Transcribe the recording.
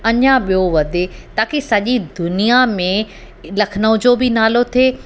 अञा ॿियो वधे ताकि सॼी दुनिया में लखनऊ जो बि नालो थिए